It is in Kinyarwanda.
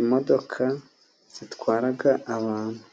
imodoka zitwara abantu.